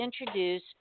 introduce